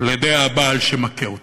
על-ידי הבעל שמכה אותה.